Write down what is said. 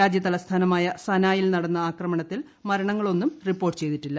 രാജ്യതലസ്ഥാനമായ സനായിൽ നടന്ന ആക്രമണത്തിൽ മരണങ്ങളൊന്നും റിപ്പോർട്ട് ചെയ്തിട്ടില്ല